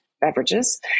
beverages